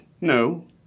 no